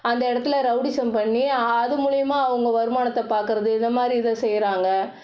அந்த இடத்துல ரவுடிசம் பண்ணி அது மூலிமா அவங்க வருமானத்தை பார்க்கறது இதை மாதிரி இது செய்கிறாங்க